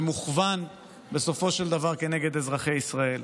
ומוכוון בסופו של דבר נגד אזרחי ישראל.